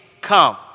come